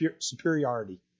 superiority